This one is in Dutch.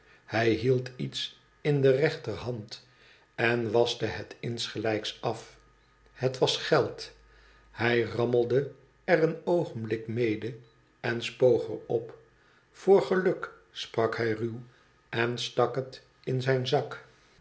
hij hield iets in de rechterhand en waschte dat insgelijks af het was geld hij rammelde er een oogenblik mede en spoog er op voor geluk sprak hij ruw en stak het in zijn zak